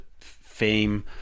fame